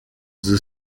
the